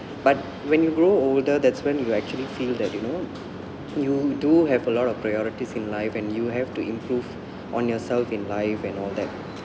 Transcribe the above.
but when you grow older that's when you actually feel that you know you do have a lot of priorities in life and you have to improve on yourself in life and all that